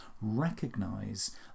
recognize